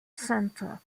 center